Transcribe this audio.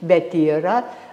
bet yra